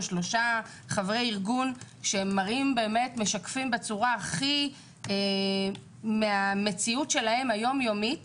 שלושה חברי ארגון שמשקפים את המציאות היום יומית שלהם